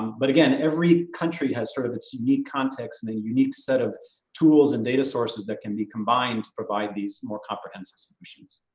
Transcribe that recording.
but again, every country has sort of its unique context and then unique set of tools and data sources that can be combined to provide these more comprehensive solutions.